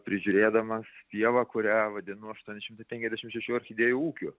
prižiūrėdamas pievą kurią vadinu aštuoni šimtai penkiasdešim šešių orchidėjų ūkiu